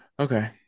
Okay